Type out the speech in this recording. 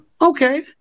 okay